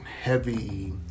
heavy